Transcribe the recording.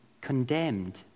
condemned